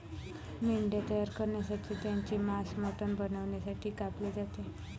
मेंढ्या तयार करण्यासाठी त्यांचे मांस मटण बनवण्यासाठी कापले जाते